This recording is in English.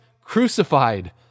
crucified